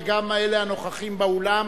וגם אלה הנוכחים באולם,